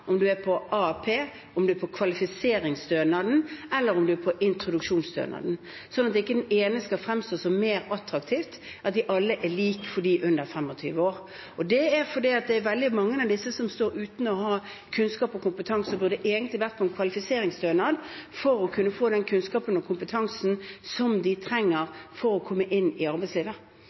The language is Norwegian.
om man er på AAP, om man er på kvalifiseringsstønad, eller om man er på introduksjonsstønad – slik at ikke én skal fremstå som mer attraktiv, men at de alle er like for dem under 25 år. Det er fordi veldig mange av disse står uten kunnskap og kompetanse og egentlig burde vært på en kvalifiseringsstønad for å kunne få den kunnskapen og kompetansen de trenger for å komme inn i arbeidslivet.